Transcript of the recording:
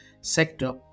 sector